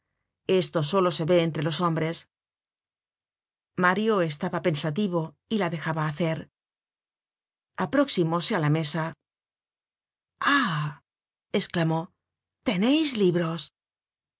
esto solo se ve entre los hombres mario estaba pensativo y la dejaba hacer aproximóse á la mesa ah esclamó teneis libros